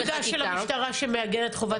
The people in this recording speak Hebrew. איפה הפקודה של המשטרה שמעגנת חובת יידוע?